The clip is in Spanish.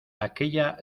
aquella